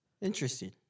interesting